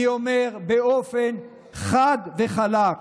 אני אומר באופן חד וחלק: